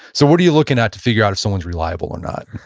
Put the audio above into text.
so, what are you looking at to figure out if someone's reliable or not?